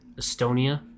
Estonia